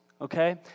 okay